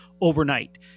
overnight